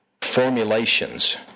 formulations